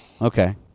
Okay